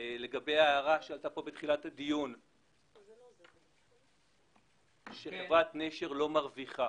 לגבי ההערה שהייתה פה בתחילת הדיון על כך שחברת נשר לא מרוויחה